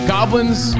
Goblins